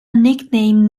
nicknamed